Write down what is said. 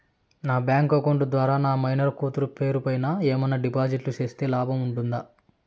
నా bank account ద్వారా నా మైనర్ కూతురు పేరు పైన ఏమన్నా డిపాజిట్లు సేస్తే లాభం ఉంటుందా?